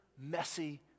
messy